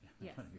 Yes